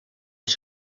les